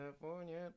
California